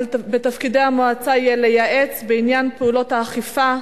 מתפקיד המועצה יהיה לייעץ בעניין פעולות האכיפה,